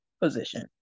position